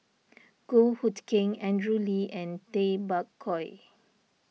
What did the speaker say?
Goh Hood Keng Andrew Lee and Tay Bak Koi